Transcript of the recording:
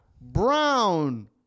brown